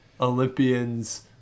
Olympians